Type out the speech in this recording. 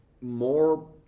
more